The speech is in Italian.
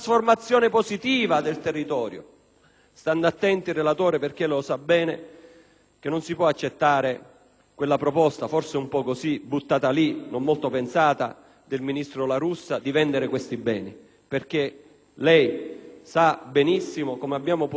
stare attenti, relatore, perché lei sa bene che non si può accettare quella proposta, forse un po' buttata lì e non molto pensata del ministro La Russa, di vendere tali beni: lei sa benissimo infatti, come abbiamo potuto verificare in Commissione antimafia,